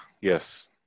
Yes